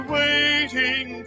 waiting